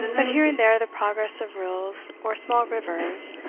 but here and there the progress of rills, or small rivers,